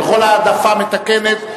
וכל העדפה מתקנת,